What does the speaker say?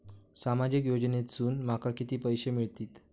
सामाजिक योजनेसून माका किती पैशे मिळतीत?